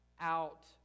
out